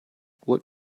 what